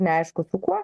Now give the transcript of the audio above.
neaišku su kuo